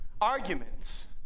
Arguments